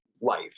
life